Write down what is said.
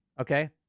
okay